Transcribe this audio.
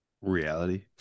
reality